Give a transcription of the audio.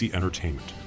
Entertainment